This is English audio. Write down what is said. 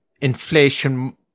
inflation